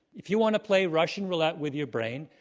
if you want to play russian roulette with your brain,